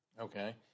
okay